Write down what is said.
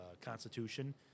Constitution